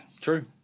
true